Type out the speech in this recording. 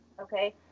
Okay